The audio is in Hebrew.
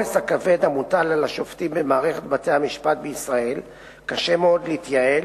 בעומס הכבד המוטל על השופטים במערכת בתי-המשפט בישראל קשה מאוד להתייעל,